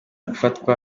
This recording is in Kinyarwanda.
gufatwa